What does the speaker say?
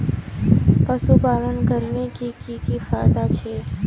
पशुपालन करले की की फायदा छे?